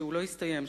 שלא הסתיים,